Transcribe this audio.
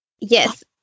Yes